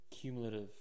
cumulative